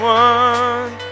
one